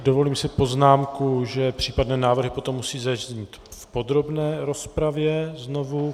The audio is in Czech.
Dovolím si poznámku, že případné návrhy potom musí zaznít v podrobné rozpravě znovu.